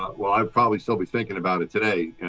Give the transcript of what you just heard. well, i'd probably still be thinking about it today.